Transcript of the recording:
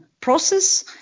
process